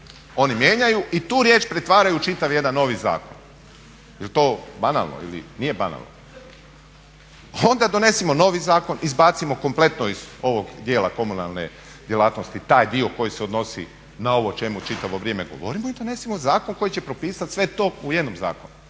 oni mijenjaju i tu riječ pretvaraju u čitav jedan novi zakon. Jel to banalno ili nije banalno? Onda donesimo novi zakon, izbacimo kompletno iz ovog dijela komunalne djelatnosti taj dio koji se odnosi na ovo o čemu čitavo vrijeme govorimo i donesimo zakon koji će propisat sve to u jednom zakonu.